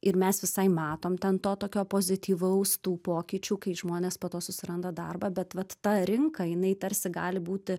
ir mes visai matom ten to tokio pozityvaus tų pokyčių kai žmonės po to susiranda darbą bet vat ta rinka jinai tarsi gali būti